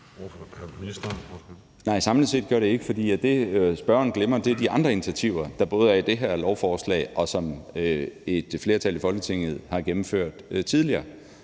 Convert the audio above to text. Skatteministeren (Morten Bødskov): Nej, samlet set gør det ikke, for det, spørgeren glemmer, er de andre initiativer, der både er i det her lovforslag, og som et flertal i Folketinget har gennemført tidligere,